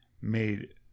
made